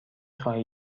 خواهی